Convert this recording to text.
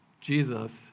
Jesus